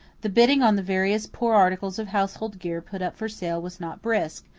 the bidding on the various poor articles of household gear put up for sale was not brisk,